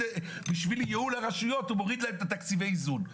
שבשביל ייעול הרשויות הוא מוריד להם את תקציבי האיזון.